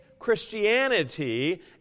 Christianity